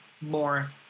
more